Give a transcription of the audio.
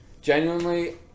Genuinely